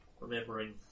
remembering